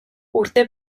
urte